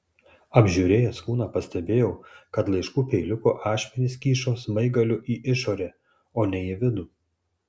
apžiūrėjęs kūną pastebėjau kad laiškų peiliuko ašmenys kyšo smaigaliu į išorę o ne į vidų